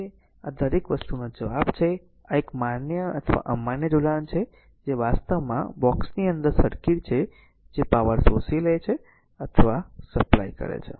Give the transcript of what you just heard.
તેથી આ એક છે અને દરેક વસ્તુનો જવાબ છે આ એક માન્ય અથવા અમાન્ય જોડાણ છે જે વાસ્તવમાં બોક્સની અંદર સર્કિટ છે જે પાવર શોષી લે છે અથવા સપ્લાય કરે છે